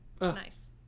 Nice